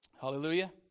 Hallelujah